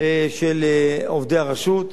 של עובדי הרשות,